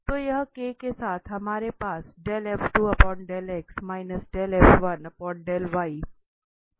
तो यह के साथ हमारे पास यह हैं